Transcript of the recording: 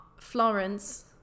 Florence